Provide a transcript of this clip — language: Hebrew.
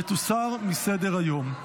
ותוסר מסדר-היום.